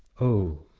o,